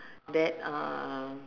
that uh